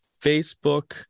Facebook